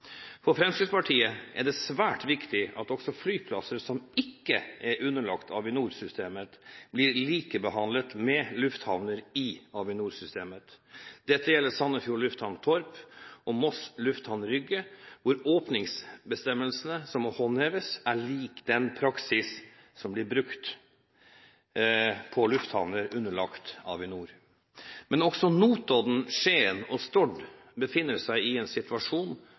For Fremskrittspartiet er det svært viktig at også flyplasser som ikke er underlagt Avinor-systemet, blir likebehandlet med lufthavner i Avinor-systemet. Dette gjelder Sandefjord lufthavn, Torp, og Moss lufthavn, Rygge, hvor åpningsbestemmelsene som må håndheves, har lik praksis med dem som blir brukt på lufthavner underlagt Avinor. Men også Notodden, Skien og Stord befinner seg i en situasjon